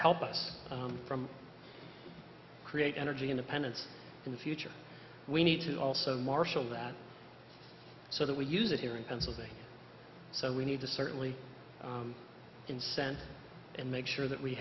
help us from create energy independence in the future we need to also marshal that so that we use it here in pennsylvania so we need to certainly incentives and make sure that we